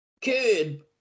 Kid